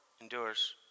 endures